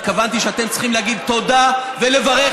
התכוונתי שאתם צריכים להגיד תודה ולברך